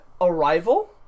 Arrival